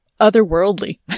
otherworldly